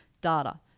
Data